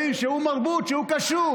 הבין שהוא (אומר בערבית ומתרגם:) שהוא קשור,